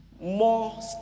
more